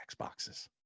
Xboxes